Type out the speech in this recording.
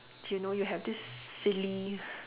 you know you have this silly